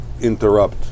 interrupt